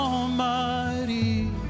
Almighty